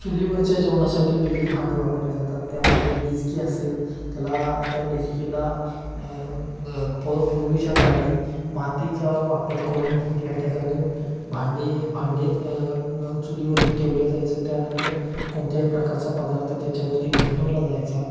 चुलीवरच्या जेवणासाठी वेगळी भांडी वापरली जातात त्यामध्ये डिस्की असेल त्याला त्या डिस्कीला प पूर्वीच्या काळी मातीचा वापर करून या ठिकाणी भांडी भांडे चुलीवरती ठेवले जायचं त्यानंतर कोणत्याही प्रकारचा पदार्थ त्याच्यावरती बनवला जायचा